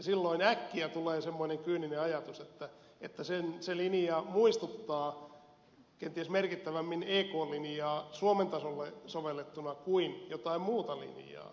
silloin äkkiä tulee semmoinen kyyninen ajatus että se linja muistuttaa kenties merkittävämmin ekn linjaa suomen tasolle sovellettuna kuin jotain muuta linjaa